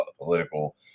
political